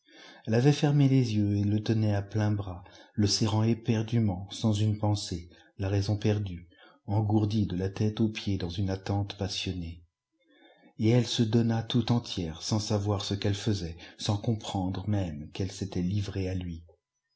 elle avait fermé les yeux et le tenait à pleins bras le serrant éperdument sans une pensée la raison perdue engourdie de la tête aux pieds dans une attente passionnée et elle se donna tout entière sans savoir ce qu'elle faisait sans comprendre même qu'elle s'était livrée à lui